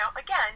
again